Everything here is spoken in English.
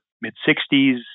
mid-60s